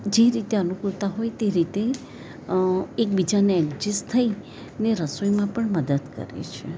જે રીતે અનુકૂળતા હોય તે રીતે એકબીજાને એકજેસ્ટ થઈ ને રસોઈમાં પણ મદદ કરે છે